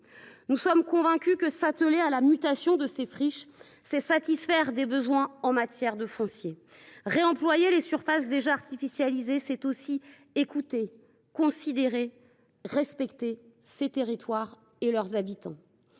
Nous en sommes convaincus : s’atteler à la mutation de ces friches, c’est satisfaire des besoins en matière de foncier. Réemployer les surfaces déjà artificialisées, c’est aussi écouter, considérer et respecter ces territoires et leurs habitants